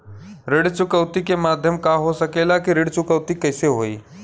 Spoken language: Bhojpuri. ऋण चुकौती के माध्यम का हो सकेला कि ऋण चुकौती कईसे होई?